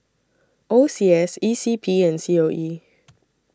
O C S E C P and C O E